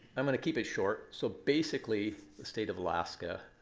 i'm going to keep it short. so basically, the state of alaska